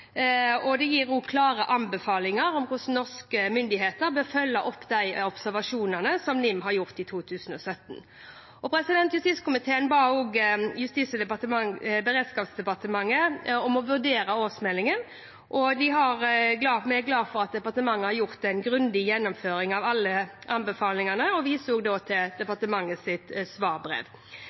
og gir også klare anbefalinger om hvordan norske myndigheter bør følge opp de observasjonene som NIM har gjort i 2017. Justiskomiteen ba også Justis- og beredskapsdepartementet om å vurdere årsmeldingen. Vi er glad for at departementet har gjort en grundig gjennomgang av alle anbefalingene og viser også til departementets svarbrev.